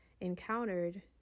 encountered